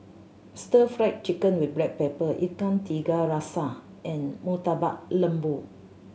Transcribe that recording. Stir Fried Chicken with Black Pepper Ikan Tiga Rasa and Murtabak Lembu